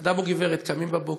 אדם או גברת קמים בבוקר,